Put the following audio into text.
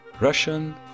Russian